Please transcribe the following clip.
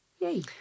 Yay